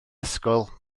ysgol